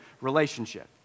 Relationship